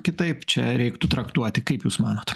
kitaip čia reiktų traktuoti kaip jūs manot